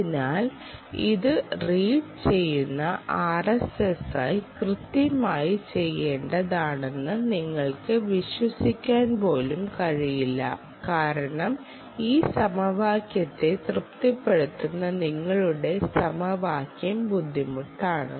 അതിനാൽ അത് റീഡ് ചെയ്യുന്ന ആർഎസ്എസ്ഐ കൃത്യമായി ചെയ്യേണ്ടതാണെന്ന് നിങ്ങൾക്ക് വിശ്വസിക്കാൻ പോലും കഴിയില്ല കാരണം ഈ സമവാക്യത്തെ തൃപ്തിപ്പെടുത്തുന്ന നിങ്ങളുടെ സമവാക്യം ബുദ്ധിമുട്ടാണ്